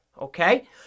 okay